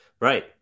Right